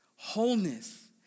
Wholeness